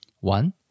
one